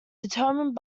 determined